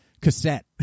cassette